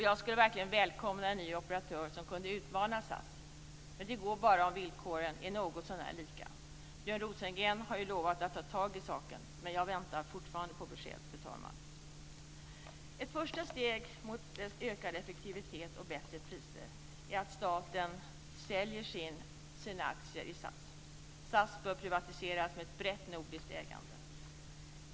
Jag skulle verkligen välkomna en ny operatör som kunde utmana SAS. Det går bara om villkoren är någotsånär lika. Björn Rosengren har lovat att ta tag i saken, men jag väntar fortfarande på besked, fru talman. Ett första steg mot ökad effektivitet och bättre priser är att staten säljer sina aktier i SAS. SAS bör privatiseras med ett brett nordiskt ägande.